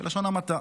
בלשון המעטה,